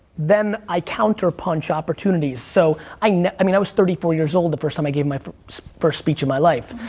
then i counterpunch opportunities. so i, i mean, i was thirty four years old the first time i gave my first speech of my life,